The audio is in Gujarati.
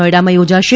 નોઈડામાં યોજાશે